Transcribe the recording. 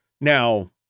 Now